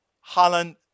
Holland